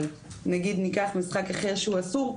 אבל נגיד ניקח משחק אחר שהוא אסור,